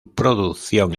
producción